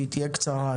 שתהיה קצרה,